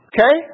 Okay